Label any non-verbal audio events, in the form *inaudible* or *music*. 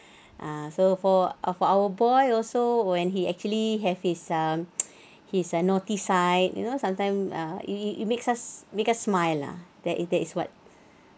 ah so for for our boy also when he actually have his um *noise* he is ah naughty side you know sometime ah it it makes us it makes us smile lah that is that is what